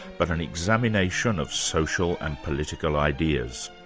but an examination of social and political ideas.